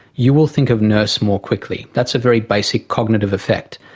you will think of nurse more quickly. that's a very basic cognitive effect.